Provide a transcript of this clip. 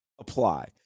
apply